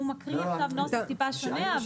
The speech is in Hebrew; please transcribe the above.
הוא מקריא עכשיו נוסח טיפה שונה,